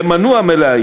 יהיה מנוע מלהעיד.